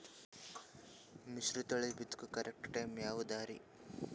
ಮಿಶ್ರತಳಿ ಬಿತ್ತಕು correct time ಯಾವುದರಿ?